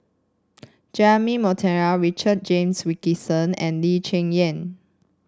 Jeremy Monteiro Richard James Wilkinson and Lee Cheng Yan